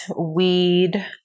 weed